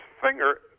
finger